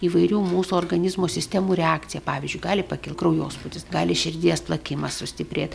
įvairių mūsų organizmo sistemų reakcija pavyzdžiui gali pakilt kraujospūdis gali širdies plakimas sustiprėt